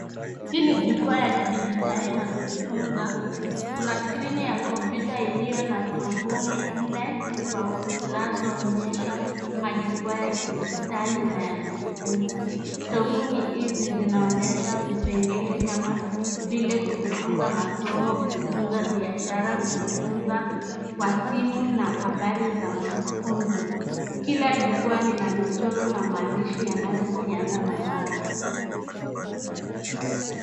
Hii ni jukwaa ya kidijitali na kujifunza, kuna skrini ya kompyuta iliyo na tovuti nne tofauti zinazoonyesha majukwaa ya kidijitali na ya kujifunza. Tovuti hizi zinaonyesha vipengele kama vile kujifunza masomo, kujifunza biashara, kujifunza kwa simu na habari za mafunzo. Kila jukwaa lina michoro na maandishi yanayohusiana na mada.